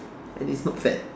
and it's not fat